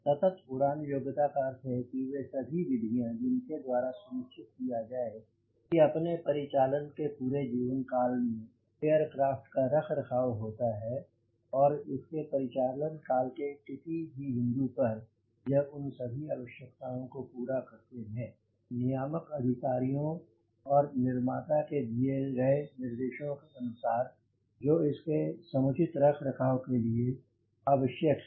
सतत उड़ान योग्यता का अर्थ है वे सभी विधियां जिनके द्वारा सुनिश्चित किया जाए कि अपने परिचालन के पूरे जीवन काल में एयरक्राफ़्ट का रखरखाव होता है और इसके परिचालन काल के के किसी भी बिंदु पर यह उन सभी आवश्यकताओं को पूरा करते हैं नियामक अधिकारियों और निर्माता के दिए गए निर्देशों के अनुसार जो इसके समुचित रखरखाव के लिए आवश्यक है